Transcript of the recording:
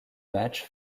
match